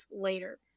later